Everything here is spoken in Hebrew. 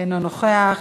אינו נוכח,